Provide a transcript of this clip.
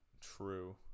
True